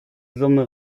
summe